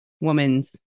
woman's